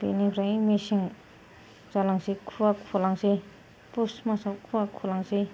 बेनिफ्राय मेसें जालांसै खुवा खुलांसै पुस मासाव खुवा खुलांसै